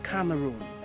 Cameroon